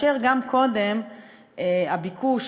כאשר גם קודם הביקוש